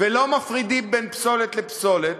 ולא מפרידים בין פסולת לפסולת,